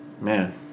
man